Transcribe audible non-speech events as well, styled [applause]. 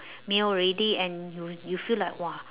[breath] meal already and you you feel like !wah!